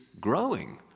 growing